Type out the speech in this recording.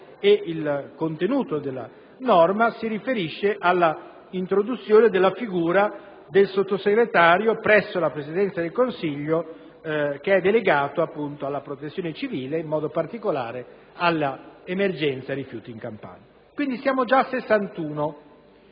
il contenuto della norma si riferisce all'introduzione della figura del Sottosegretario presso la Presidenza del Consiglio che è delegato, appunto, alla protezione civile e, in modo particolare, all'emergenza rifiuti in Campania. I componenti del